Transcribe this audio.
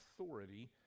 authority